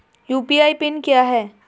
UPI PIN क्या है?